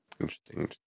interesting